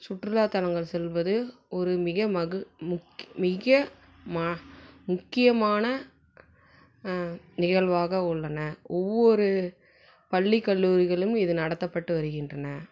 சுற்றுலாத்தலங்கள் செல்வது ஒரு மிக மகு முக்கி மிக ம முக்கியமான நிகழ்வாக உள்ளன ஒவ்வொரு பள்ளி கல்லூரிகளும் இது நடத்தப்பட்டு வருகின்றன